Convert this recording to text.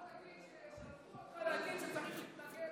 תבוא ותגיד ששלחו אותך